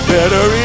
Better